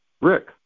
Rick